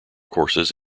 courses